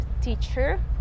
teacher